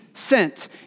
sent